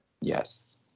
Yes